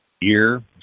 year